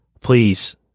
please